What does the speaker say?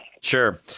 Sure